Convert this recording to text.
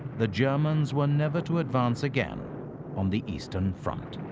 the germans were never to advance again on the eastern front.